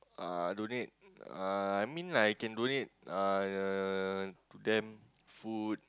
uh donate uh I mean like I can donate uh to them food